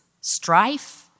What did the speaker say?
strife